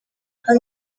hari